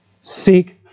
seek